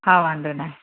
हा वांधो नाहे